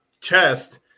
chest